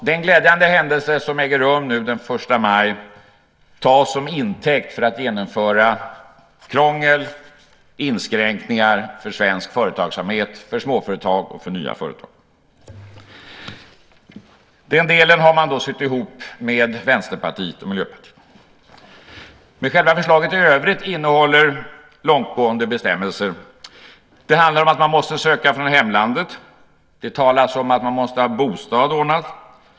Den glädjande händelse som äger rum den 1 maj tas som intäkt för att genomföra krångel och inskränkningar för svensk företagsamhet, för småföretag och för nya företag. Den delen har man sytt ihop med Vänsterpartiet och Miljöpartiet. Men själva förslaget i övrigt innehåller långtgående bestämmelser. Det handlar om att man måste söka från hemlandet. Det talas om att man måste ha bostad ordnad.